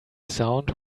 sound